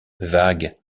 vagues